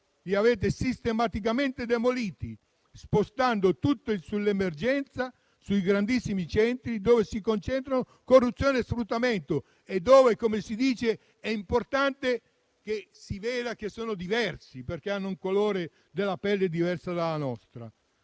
li avete sistematicamente demoliti, spostando tutto sull'emergenza, sui grandissimi centri, dove si concentrano corruzione e sfruttamento e dove - come si dice - è importante che si veda che sono diversi, perché hanno un colore della pelle diverso dal nostro.